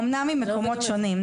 אמנם ממקומות שונים.